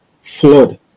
flood